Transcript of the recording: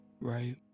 right